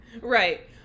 Right